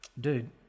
dude